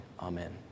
amen